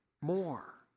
more